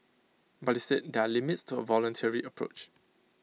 but IT said there are limits to A voluntary approach